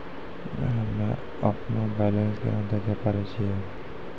हम्मे अपनो बैलेंस केना देखे पारे छियै?